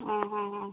ആ ആ ആ